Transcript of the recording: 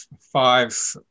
five